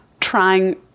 trying